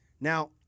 Now